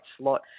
slot